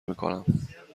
میکنم